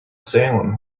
salem